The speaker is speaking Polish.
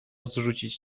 zrzucić